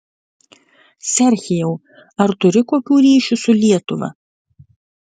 serhijau ar turi kokių ryšių su lietuva